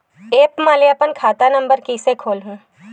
App म ले अपन खाता नम्बर कइसे खोलहु?